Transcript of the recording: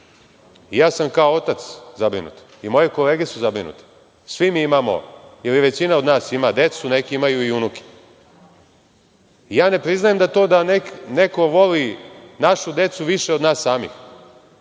Ja sam kao otac zabrinut. I moje kolege su zabrinute. Svi mi imamo, ili većina od nas ima decu, neki imaju i unuke. Ja ne priznajem to da neko voli našu decu više od nas samih.